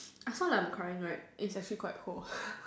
I sound like I am crying right it's actually quite cold